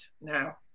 now